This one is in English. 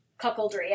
cuckoldry